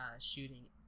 shooting